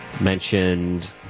mentioned